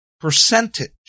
percentage